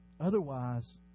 Otherwise